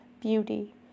beauty